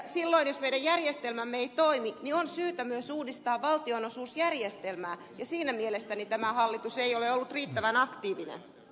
silloin jos meidän järjestelmämme ei toimi niin on syytä myös uudistaa valtionosuusjärjestelmää ja siinä mielestäni tämä hallitus ei ole ollut riittävän aktiivinen